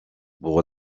pour